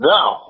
Now